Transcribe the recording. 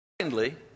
secondly